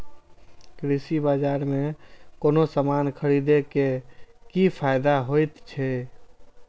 कृषि बाजार में कोनो सामान खरीदे के कि फायदा होयत छै?